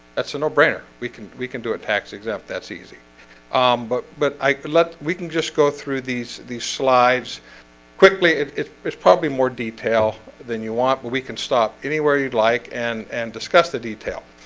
that's a no-brainer we can we can do a tax exempt that's easy um but but i let we can just go through these these slides quickly, it's it's probably more detail than you want but we can stop anywhere you'd like and and discuss the detail.